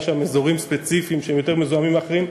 יש שם אזורים ספציפיים שהם יותר מזוהמים מאחרים,